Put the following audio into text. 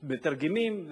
מתרגמים,